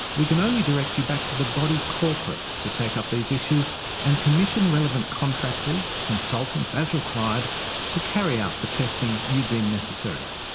we can only direct you back to the body corporate to take up these issues and commission relevant contractors, consultants, as required to carry out the testing you deem necessary.